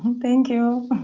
um thank you.